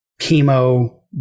chemo